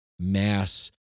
Mass